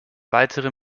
weitere